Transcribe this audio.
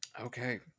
Okay